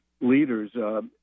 leaders